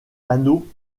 panneaux